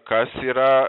kas yra